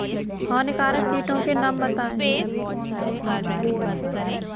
हानिकारक कीटों के नाम बताएँ?